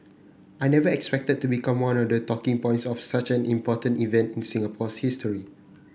I never expected to become one of the talking points of such an important event in Singapore's history